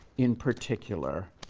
in particular,